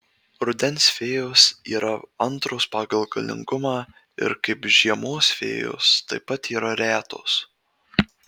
rudens fėjos yra antros pagal galingumą ir kaip žiemos fėjos taip pat yra retos